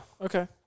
okay